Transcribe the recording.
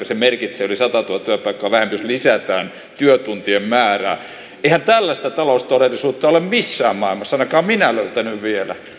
se merkitsee yli satatuhatta työpaikkaa vähemmän jos lisätään työtuntien määrää eihän tällaista taloustodellisuutta ole missään maailmassa en ole ainakaan minä löytänyt vielä